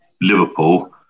Liverpool